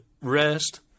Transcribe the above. rest